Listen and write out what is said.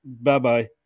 Bye-bye